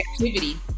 activity